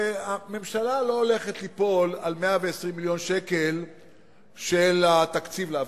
הממשלה לא הולכת ליפול על 120 מיליון שקל של התקציב לאברכים.